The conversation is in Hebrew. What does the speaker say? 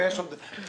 ויש עוד רבים.